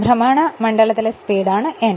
ഭ്രമണ മണ്ഡലത്തിലെ സ്പീഡാണ് n